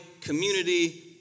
community